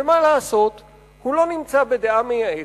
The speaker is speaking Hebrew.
ומה לעשות, הוא לא נמצא בדעה מייעצת,